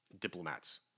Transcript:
diplomats